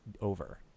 over